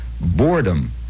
boredom